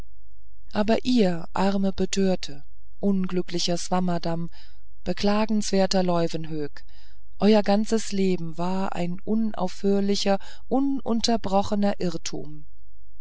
aber ihr arme betörte unglücklicher swammerdamm beklagenswerter leuwenhoek euer ganzes leben war ein unaufhörlicher ununterbrochener irrtum